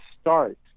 start